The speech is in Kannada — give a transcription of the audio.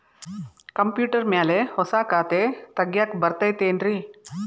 ಕಂಪ್ಯೂಟರ್ ಮ್ಯಾಲೆ ಹೊಸಾ ಖಾತೆ ತಗ್ಯಾಕ್ ಬರತೈತಿ ಏನ್ರಿ?